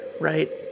right